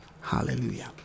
Hallelujah